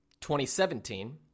2017